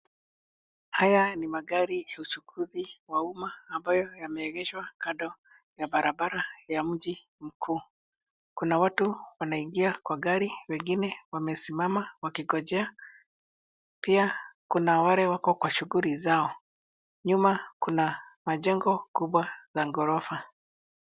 Haya ni magari ya uchukuzi wa umma ambayo yameegeshwa kando ya barabara ya mji mkuu. Kuna watu wanaingia kwa gari wengine wamesimama wakingojea. Pia kuna wale wako kwa shughuli zao. Nyuma kuna majengo kubwa na ghorofa.